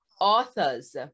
authors